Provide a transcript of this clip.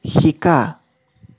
শিকা